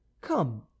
Come